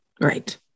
right